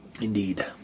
Indeed